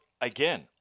again